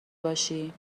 باشی